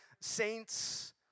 saints